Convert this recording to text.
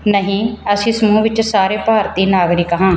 ਨਹੀਂ ਅਸੀਂ ਸਮੂਹ ਵਿੱਚ ਸਾਰੇ ਭਾਰਤੀ ਨਾਗਰਿਕ ਹਾਂ